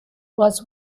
was